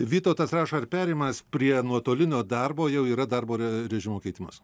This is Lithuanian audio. vytautas rašo ar perėjimas prie nuotolinio darbo jau yra darbo re režimo keitimas